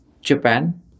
Japan